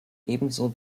ebenso